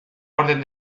orden